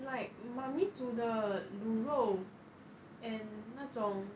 like mummy 煮的卤肉 and 那种